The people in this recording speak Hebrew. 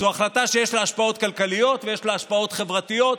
זו החלטה שיש לה השפעות כלכליות ויש לה השפעות חברתיות.